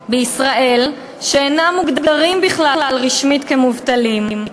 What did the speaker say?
על מחוסרי עבודה רבים בישראל שכלל אינם מוגדרים רשמית מובטלים,